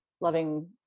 Loving